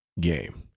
game